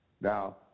Now